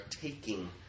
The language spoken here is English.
taking